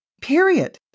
Period